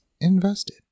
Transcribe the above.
invested